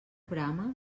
brama